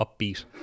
upbeat